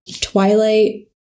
Twilight